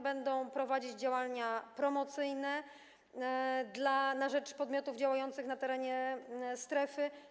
Będą prowadzić działania promocyjne na rzecz podmiotów działających na terenie strefy.